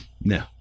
No